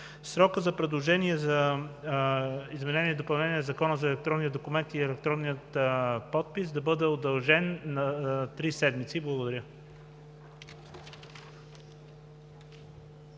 срокът за предложения за изменение и допълнение на Закона за електронния документ и електронния подпис, да бъде удължен на три седмици. Благодаря